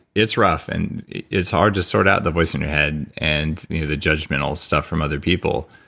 it's rough and it's hard to sort out the voice in your head and you know the judgmental stuff from other people.